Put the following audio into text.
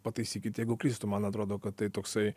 pataisykit jeigu klystu man atrodo kad tai toksai